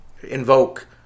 invoke